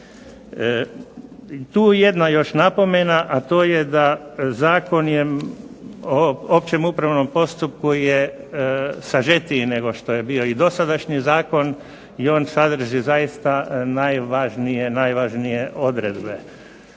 Tu jedna još napomena, a to je da Zakon je o općem upravnom postupku je sažetiji nego što je bio i dosadašnji zakon i on sadrži zaista najvažnije odredbe.